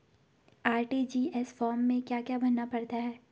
RTGS form में क्या क्या भरना है?